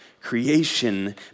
creation